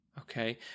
Okay